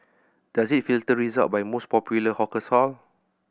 does it filter result by most popular hawker stall